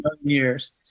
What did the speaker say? years